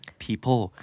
people